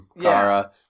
Kara